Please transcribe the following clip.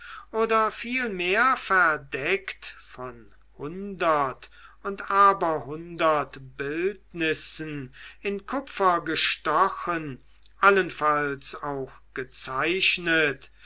oder vielmehr verdeckt von hundert und aber hundert bildnissen in kupfer gestochen allenfalls auch gezeichnet